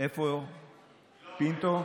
איפה פינטו?